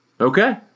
Okay